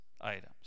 items